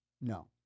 No